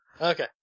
Okay